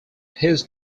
his